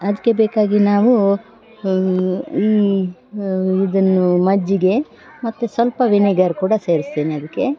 ಅದಕ್ಕೆ ಬೇಕಾಗಿ ನಾವು ಈ ಇದನ್ನು ಮಜ್ಜಿಗೆ ಮತ್ತು ಸ್ವಲ್ಪ ವಿನೇಗರ್ ಕೂಡ ಸೇರಿಸ್ತೀನಿ ಅದಕ್ಕೆ